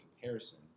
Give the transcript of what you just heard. comparison